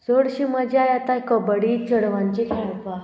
चडशी मजा आतां कबड्डी चेडवांची खेळपाक